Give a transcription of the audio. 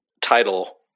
Title